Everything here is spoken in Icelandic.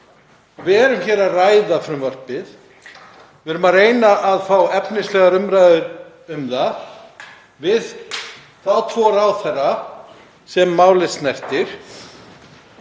Við erum hér að ræða frumvarpið. Við erum að reyna að fá efnislega umræðu um það við þá tvo ráðherra sem málið snertir.